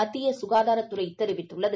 மத்திய சுகாதாரத்துறை தெரிவித்துள்ளது